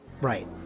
Right